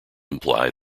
imply